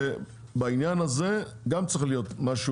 זאת אומרת שבעניין הזה גם צריך להיות משהו